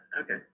Okay